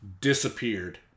disappeared